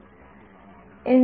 विद्यार्थीः